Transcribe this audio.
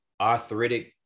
arthritic